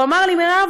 והוא אמר לי: מירב,